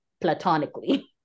platonically